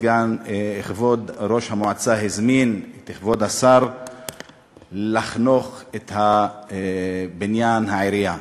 כבוד ראש המועצה הזמין את כבוד השר לחנוך את בניין העירייה.